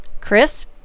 Chris